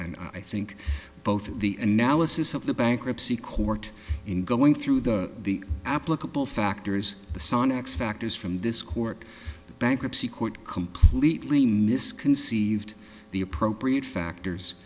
and i think both the analysis of the bankruptcy court in going through the the applicable factors the sonics factors from this court bankruptcy court completely misconceived the appropriate factors